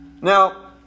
Now